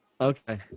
Okay